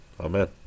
Amen